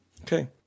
okay